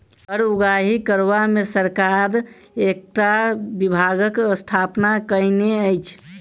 कर उगाही करबा मे सरकार एकटा विभागक स्थापना कएने अछि